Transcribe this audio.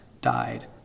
died